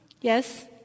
Yes